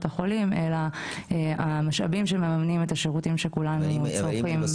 החולים אלא הם המשאבים שמממנים את השירותים שכולנו צורכים.